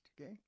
Okay